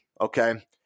okay